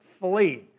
flee